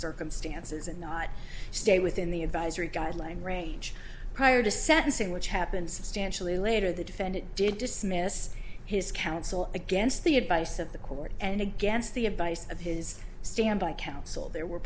circumstances and not stay within the advisory guideline range prior to sentencing which happened substantially later the defendant did dismiss his counsel against the advice of the court and against the advice of his standby counsel there were